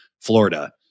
Florida